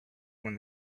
when